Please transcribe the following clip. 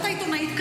העיתונאית: